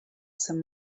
some